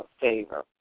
Favor